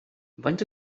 faint